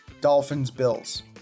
Dolphins-Bills